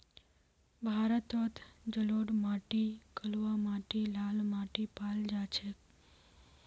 भारतत जलोढ़ माटी कलवा माटी लाल माटी पाल जा छेक